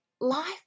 life